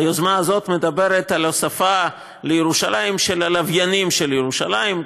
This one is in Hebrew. היוזמה הזאת מדברת על הוספה לירושלים של הלוויינים של ירושלים,